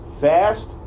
Fast